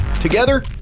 Together